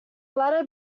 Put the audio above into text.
latter